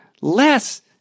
less